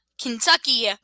Kentucky